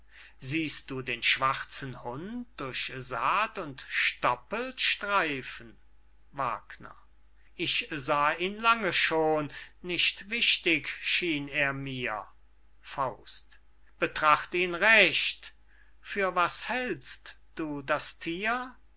siehst du den schwarzen hund durch saat und stoppel streifen ich sah ihn lange schon nicht wichtig schien er mir betracht ihn recht für was hältst du das thier